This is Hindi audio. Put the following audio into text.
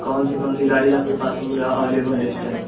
कौन सी कौन सी गाड़ी आपके पास औलेबल है इस टाइम